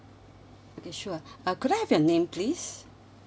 okay sure uh could I have your name please